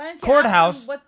courthouse